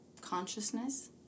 consciousness